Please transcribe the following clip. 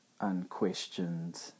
unquestioned